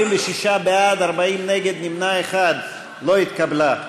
26 בעד, 40 נגד, נמנע אחד, לא התקבלה.